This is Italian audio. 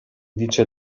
dice